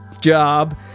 job